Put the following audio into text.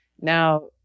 Now